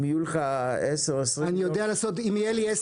אם יהיו לך 10-20 מיליון --- אם יהיה לי 10